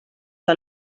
que